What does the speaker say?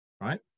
right